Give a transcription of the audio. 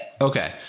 okay